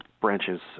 branches